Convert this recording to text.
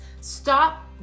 stop